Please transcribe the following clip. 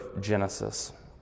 Genesis